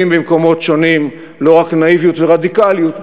במקומות שונים לא רק נאיביות ורדיקליות,